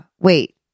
Wait